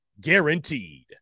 guaranteed